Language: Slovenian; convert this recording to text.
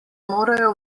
morajo